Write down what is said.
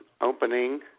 opening